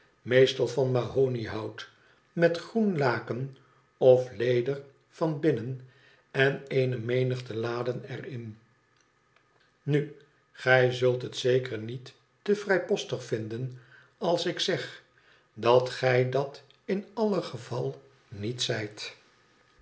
meestal van mahoniehout met groen laken of leder van binnen en eene menigte laden er in nu gij zult het zeker niet te vrijpostig vinden als ik zeg dat gij dat in alle geval met zijt